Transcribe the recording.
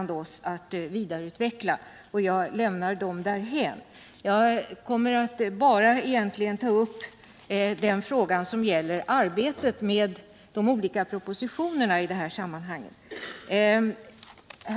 Därför lämnar jag dessa frågor därhän och kommer egentligen bara att ta upp den fråga som gäller arbetet med de olika propositionerna i det här sammanhanget.